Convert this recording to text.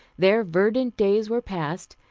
their verdant days were past,